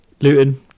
Luton